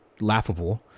laughable